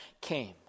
came